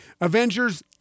Avengers